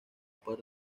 par